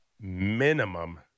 minimum